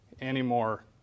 anymore